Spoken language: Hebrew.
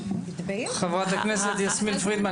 חברת הכנסת יסמין פרידמן,